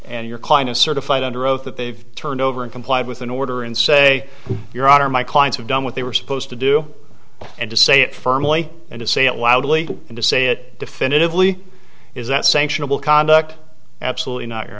and your client a certified under oath that they've turned over and complied with an order and say your honor my clients have done what they were supposed to do and to say it firmly and to say it loudly and to say it definitively is that sanctionable conduct absolutely not your